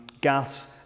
gas